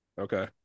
okay